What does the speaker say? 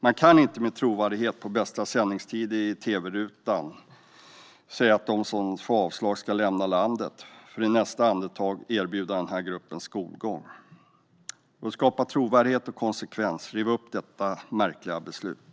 Man kan inte med trovärdighet på bästa sändningstid i tv-rutan säga att de som får avslag ska lämna landet för att i nästa andetag erbjuda den gruppen skolgång. För att skapa trovärdighet och konsekvens: Riv upp detta märkliga beslut.